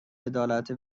عدالت